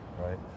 right